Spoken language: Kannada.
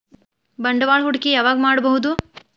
ಬಂಡವಾಳ ಹೂಡಕಿ ಯಾವಾಗ್ ಮಾಡ್ಬಹುದು?